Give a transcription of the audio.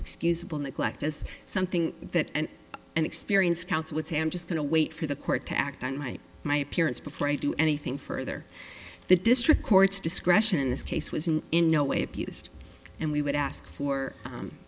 excusable neglect as something that and and experience counts would say i'm just going to wait for the court to act on my my appearance before i do anything further the district courts discretion in this case was in in no way abused and we would ask for